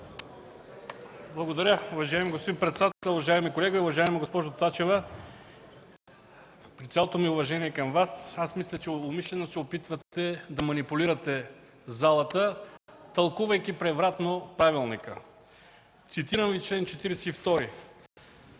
(ДПС): Уважаеми господин председател, уважаеми колеги! Уважаема госпожо Цачева, при цялото ми уважение към Вас мисля, че умишлено се опитвате да манипулирате залата, тълкувайки превратно правилника. Цитирам Ви чл. 42,